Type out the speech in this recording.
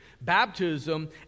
Baptism